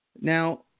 Now